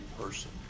person